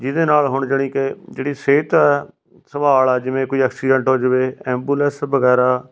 ਜਿਹਦੇ ਨਾਲ ਹੁਣ ਜਾਣੀ ਕਿ ਜਿਹੜੀ ਸਿਹਤ ਸੰਭਾਲ ਆ ਜਿਵੇਂ ਕੋਈ ਐਕਸੀਡੈਂਟ ਹੋ ਜਾਵੇ ਐਬੂਲੈਂਸ ਵਗੈਰਾ